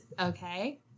Okay